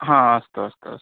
ह अस्तु अस्तु अस्तु